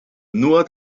nur